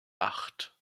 acht